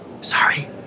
Sorry